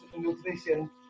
nutrition